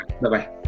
Bye-bye